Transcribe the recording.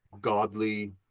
godly